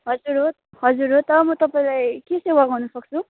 हजुर हो हजुर हो त म तपाईँलाई के सेवा गर्न सक्छु